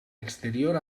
exterior